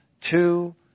two